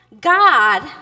God